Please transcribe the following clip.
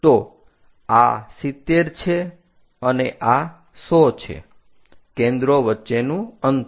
તો આ 70 છે અને આ 100 છે કેન્દ્રો વચ્ચેનું અંતર